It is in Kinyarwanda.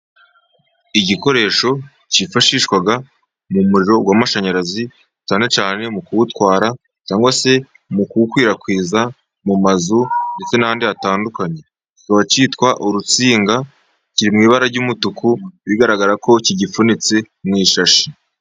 Igikoresho cyifashishwa mu muriro w'amashanyarazi, cyane cyane mu kuwutwara cyangwa se mu kuwukwirakwiza mu mazu, ndetse n'ahandi hatandukanye kikaba cyitwa urusinga kiri mu ibara ry'umutuku, bigaragara ko gifunitse mu ishashi.